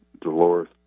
Dolores